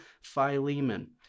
Philemon